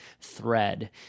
thread